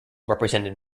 represented